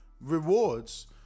rewards